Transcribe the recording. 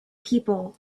people